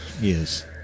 Yes